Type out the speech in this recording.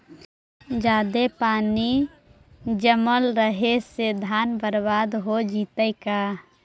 जादे पानी जमल रहे से धान बर्बाद हो जितै का?